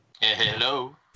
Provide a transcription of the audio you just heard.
hello